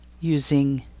using